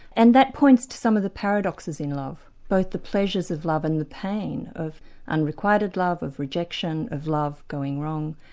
and that points to some of the paradoxes in love, both the pleasures of love and the pain of unrequited love, of rejection, of love going wrong,